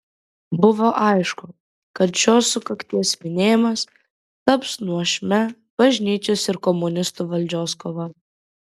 buvo aišku kad šios sukakties minėjimas taps nuožmia bažnyčios ir komunistų valdžios kova